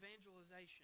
Evangelization